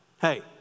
Hey